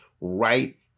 right